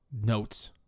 notes